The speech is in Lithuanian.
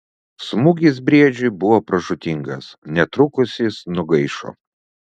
smūgis briedžiui buvo pražūtingas netrukus jis nugaišo